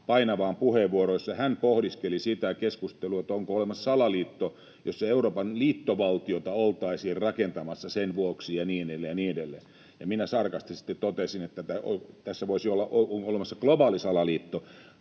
hän pohdiskeli sitä keskustelua, onko olemassa salaliitto, jossa Euroopan liittovaltiota oltaisiin rakentamassa sen vuoksi ja niin edelleen ja niin edelleen, ja minä sarkastisesti sitten totesin, että tässä voisi olla olemassa globaali salaliitto.